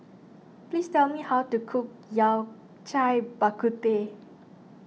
please tell me how to cook Yao Cai Bak Kut Teh